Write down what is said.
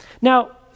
Now